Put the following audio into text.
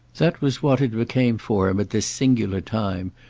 that was what it became for him at this singular time,